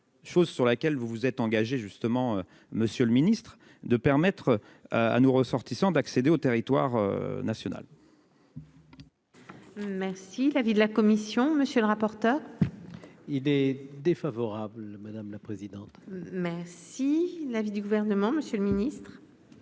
chose sur laquelle vous vous êtes engagé justement, Monsieur le Ministre, de permettre à nos ressortissants d'accéder au territoire national. Merci l'avis de la commission, monsieur le rapporteur. Il est défavorable, madame la présidente. Merci l'avis du gouvernement, Monsieur le Ministre,